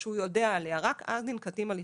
שהוא יודע עליה, רק אז ננקטים הליכים.